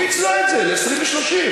היא פיצלה את זה ל-20 ו-30.